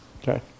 Okay